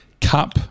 cup